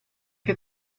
che